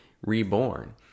reborn